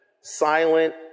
silent